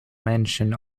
mention